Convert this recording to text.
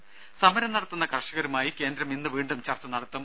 ദ്ദേ സമരം നടത്തുന്ന കർഷകരുമായി കേന്ദ്രം ഇന്ന് വീണ്ടും ചർച്ച നടത്തും